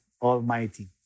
Almighty